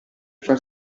far